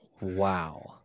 Wow